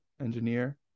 engineer